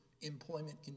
employment